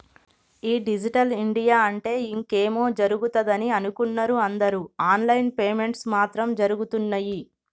ఈ digital India అంటే ఇంకేమో జరుగుతదని అనుకున్నరు అందరు ఆన్ లైన్ పేమెంట్స్ మాత్రం జరగుతున్నయ్యి